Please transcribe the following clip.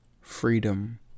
freedom